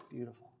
Beautiful